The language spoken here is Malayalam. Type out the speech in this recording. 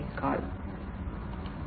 അത് ഡിജിറ്റൈസ് ചെയ്യണം